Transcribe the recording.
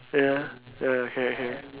ya ya okay okay